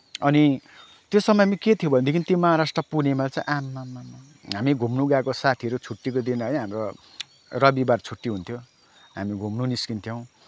अनि त्यो समयमा के थियो भनेदेखि त्यो महाराष्ट्र पुणेमा चाहिँ आमामा हामी घुम्न गएको साथीहरू छुट्टीको दिन है हाम्रो रविवार छुट्टी हुन्थ्यो हामी घुम्न निस्किन्थ्यौँ